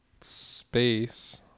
space